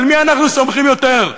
על מי אנחנו סומכים יותר,